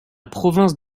province